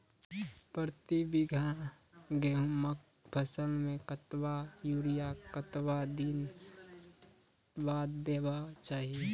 प्रति बीघा गेहूँमक फसल मे कतबा यूरिया कतवा दिनऽक बाद देवाक चाही?